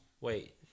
Wait